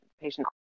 Patient